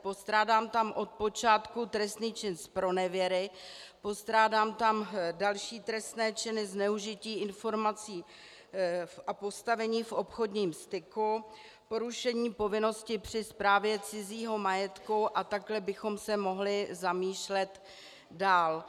Postrádám tam od počátku trestný čin zpronevěry, postrádám tam další trestné činy, zneužití informací a postavení v obchodním styku, porušení povinnosti při správě cizího majetku a takhle bychom se mohli zamýšlet dál.